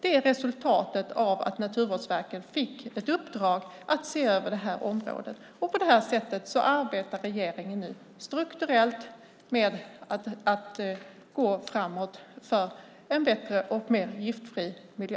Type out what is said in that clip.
Det är resultatet av att Naturvårdsverket fick ett uppdrag att se över området. På det här sättet arbetar regeringen nu strukturellt med att gå framåt för en bättre och mer giftfri miljö.